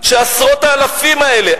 שעשרות האלפים האלה,